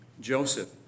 Joseph